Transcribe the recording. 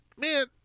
Man